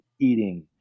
eating